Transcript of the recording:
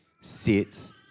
sits